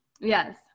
Yes